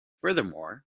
furthermore